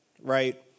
right